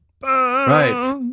right